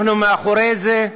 אנחנו מאחורי זה,